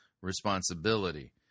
responsibility